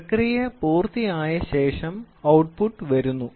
പ്രക്രിയ പൂർത്തിയായ ശേഷം ഔട്ട്പുട്ട് വരുന്നു